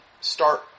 start